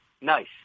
nice